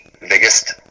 biggest